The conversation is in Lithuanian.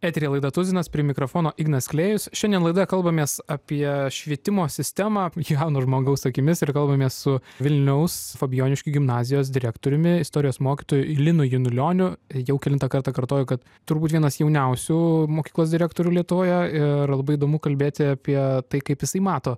eteryje laida tuzinas prie mikrofono ignas klėjus šiandien laidoje kalbamės apie švietimo sistemą jauno žmogaus akimis ir kalbamės su vilniaus fabijoniškių gimnazijos direktoriumi istorijos mokytoju linu janulioniu jau kelintą kartą kartoju kad turbūt vienas jauniausių mokyklos direktorių lietuvoje ir labai įdomu kalbėti apie tai kaip jisai mato